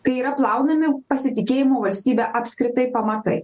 kai yra plaunami pasitikėjimo valstybe apskritai pamatai